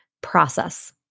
process